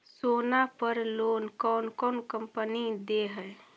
सोना पर लोन कौन कौन कंपनी दे है?